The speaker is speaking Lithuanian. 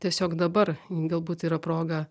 tiesiog dabar galbūt yra proga